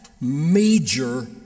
major